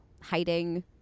Hiding